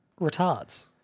retards